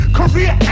career